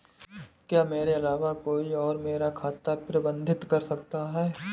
क्या मेरे अलावा कोई और मेरा खाता प्रबंधित कर सकता है?